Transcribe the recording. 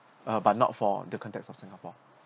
uh but not for the context of singapore